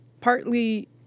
Partly